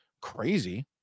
crazy